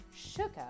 sugar